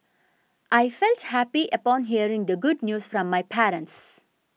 I felt happy upon hearing the good news from my parents